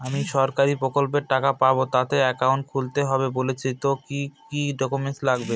আমি সরকারি প্রকল্পের টাকা পাবো তাতে একাউন্ট খুলতে হবে বলছে তো কি কী ডকুমেন্ট লাগবে?